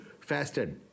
fasted